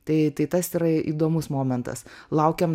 tai tas yra įdomus momentas laukiam